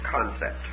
concept